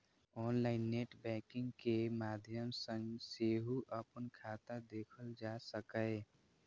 online net banking के माध्यम सं सेहो अपन खाता देखल जा सकैए